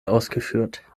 ausgeführt